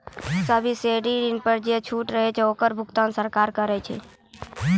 subsidy ऋण पर जे छूट रहै छै ओकरो भुगतान सरकार करै छै